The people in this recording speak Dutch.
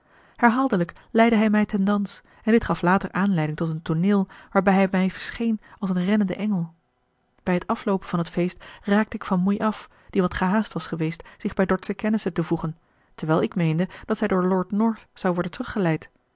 herhaaldelijk leidde hij mij ten dans en dit gaf later aanleiding tot een tooneel waarbij hij mij verscheen als een reddende engel bij het afloopen van het feest raakte ik van moei af die wat gehaast was geweest zich bij dordsche kennissen te voegen terwijl ik meende dat zij door lord north zou worden